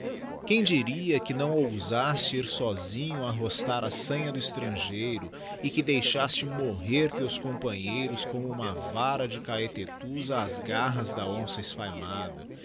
qtiem diria que nào ousaste ir sosinho arrostar a sanha do estrangeiro e que deixaste morrer teus companheiros como uma vara de caetelús ás garras da onça esfaimada